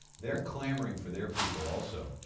they're clamoring for their people also.